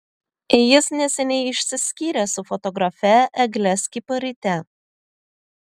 jis neseniai išsiskyrė su fotografe egle skiparyte